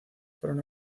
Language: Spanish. fueron